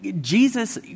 Jesus